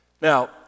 Now